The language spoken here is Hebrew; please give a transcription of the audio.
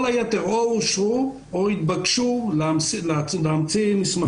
כל היתר או אושרו או התבקשו להמציא מסמכים נוספים.